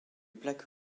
plaque